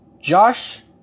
Josh